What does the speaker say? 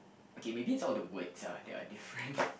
okay maybe it's not the words ah that are different